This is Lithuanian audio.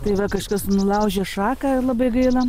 tai va kažkas nulaužė šaką ir labai gaila